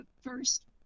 first